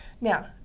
now